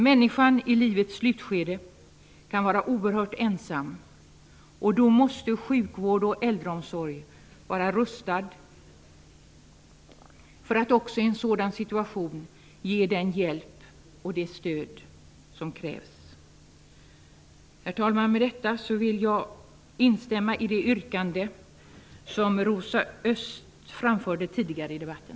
Människan i livets slutskede kan vara oerhört ensam, och då måste sjukvård och äldreomsorg vara rustade för att också i en sådan situation ge den hjälp och det stöd som krävs. Herr talman! Med detta vill jag instämma i det yrkande som Rosa Östh framförde tidigare i debatten.